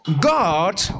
God